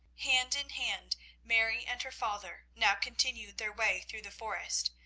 hand in hand mary and her father now continued their way through the forest,